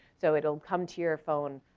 so it'll come to your phone.